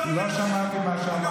אחרי